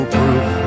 proof